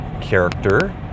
character